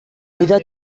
vida